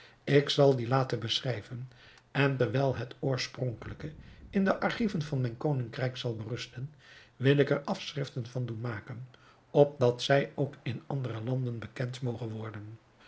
ik zal die laten beschrijven en terwijl het oorspronkelijke in de archieven van mijn koningrijk zal berusten wil ik er afschriften van doen maken opdat zij ook in andere landen bekend moge worden